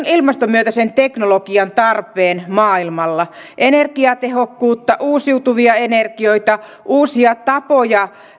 ilmastomyönteisen teknologian tarpeen maailmalla energiatehokkuutta uusiutuvia energioita uusia tapoja